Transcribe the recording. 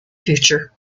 future